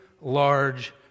large